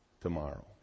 tomorrow